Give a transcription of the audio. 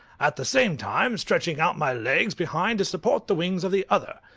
at the same time stretching out my legs behind to support the wings of the other.